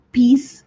peace